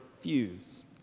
fuse